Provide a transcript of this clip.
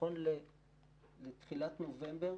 נכון לתחילת נובמבר,